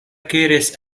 akiris